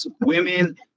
Women